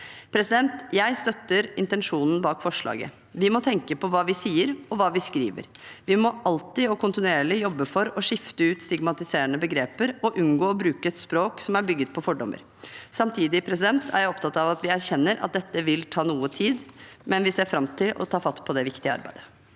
Jeg støtter intensjonen bak forslaget. Vi må tenke på hva vi sier, og hva vi skriver. Vi må alltid og kontinuerlig jobbe for å skifte ut stigmatiserende begreper og unngå å bruke et språk som er bygget på fordommer. Samtidig er jeg opptatt av at vi erkjenner at dette vil ta noe tid, men vi ser fram til å ta fatt på det viktige arbeidet.